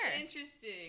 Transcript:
interesting